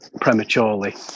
prematurely